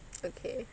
okay